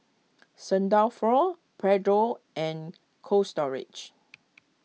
Saint Dalfour Pedro and Cold Storage